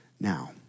now